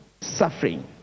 suffering